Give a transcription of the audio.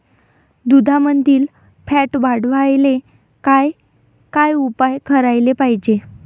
दुधामंदील फॅट वाढवायले काय काय उपाय करायले पाहिजे?